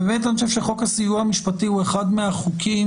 ואני חושב שחוק הסיוע המשפטי הוא אחד מהחוקים